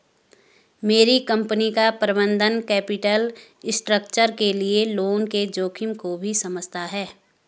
मेरी कंपनी का प्रबंधन कैपिटल स्ट्रक्चर के लिए लोन के जोखिम को भी समझता है